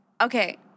Okay